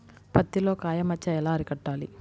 పత్తిలో కాయ మచ్చ ఎలా అరికట్టాలి?